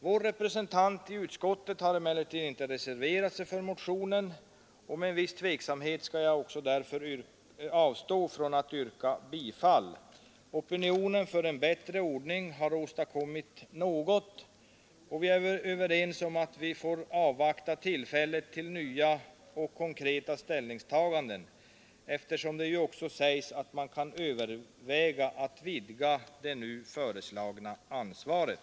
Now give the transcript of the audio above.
Vår representant i utskottet har inte reserverat sig till förmån för motionen, och med viss tveksamhet skall jag därför avstå från att yrka bifall till den. Opinionen för en bättre ordning har åstadkommit något, och vi är överens om att vi får avvakta tillfället till nya och konkreta ställningstaganden, eftersom det också sägs att man kan överväga att vidga det nu föreslagna ansvaret.